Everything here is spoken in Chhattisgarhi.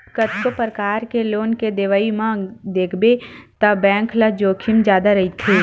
कतको परकार के लोन के देवई म देखबे त बेंक ल जोखिम जादा रहिथे